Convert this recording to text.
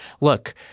look